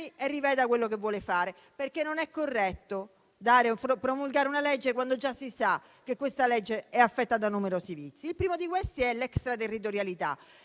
e riveda quello che vuole fare. Infatti, non è corretto promulgare una legge quando già si sa che è affetta da numerosi vizi. Il primo di questi è l'extraterritorialità.